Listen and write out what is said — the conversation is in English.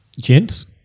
Gents